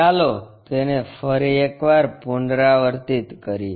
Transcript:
ચાલો તેને ફરી એક વાર પુનરાવર્તિત કરીએ